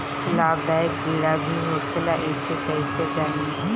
लाभदायक कीड़ा भी होखेला इसे कईसे जानी?